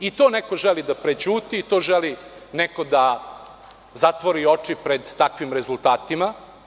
I to neko želi da prećuti i to želi neko da zatvori oči pred takvim rezultatima.